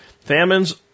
Famines